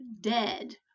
dead